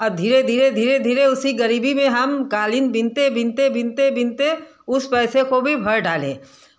और धीरे धीरे धीरे धीरे उसी गरीबी में हम कालीन बीनते बीनते बीनते बीनते उस पैसे को भी भर डाले